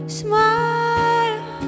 smile